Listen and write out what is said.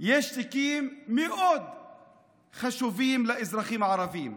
יש תיקים מאוד חשובים לאזרחים הערבים.